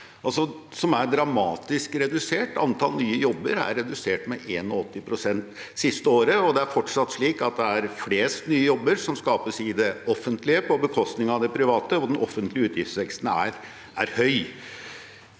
som er dramatisk redusert. Antall nye jobber er redusert med 81 pst. det siste året, og det er fortsatt slik at de fleste nye jobbene skapes i det offentlige, på bekostning av det private. Den offentlige utgiftsveksten er høy.